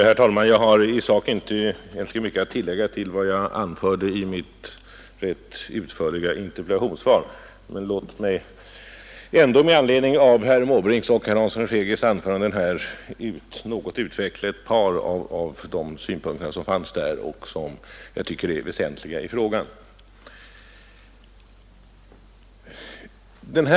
Herr talman! I sak har jag inte mycket att tillägga utöver vad jag framhöll i mitt ganska utförliga interpellationssvar, men låt mig ändå med anledning av herrar Måbrinks och Hanssons i Skegrie anföranden något utveckla ett par av deras synpunkter, som jag tycker är väsentliga i sammanhanget.